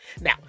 Now